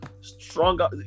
stronger